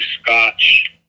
Scotch